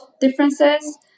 differences